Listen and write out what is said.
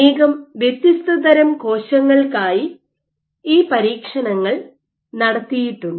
അനേകം വ്യത്യസ്തതരം കോശങ്ങൾക്കായി ഈ പരീക്ഷണങ്ങൾ നടത്തിയിട്ടുണ്ട്